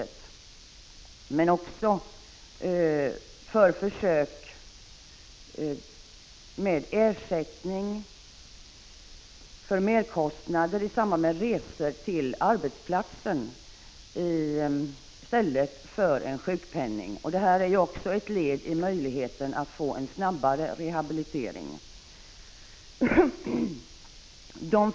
Regeringen föreslår också föreskrifter beträffande försök med ersättning för merkostnader i samband med resor till arbetsplatsen i stället för sjukpenning. Detta förslag är ett led i strävandena att möjliggöra en snabbare rehabilitering.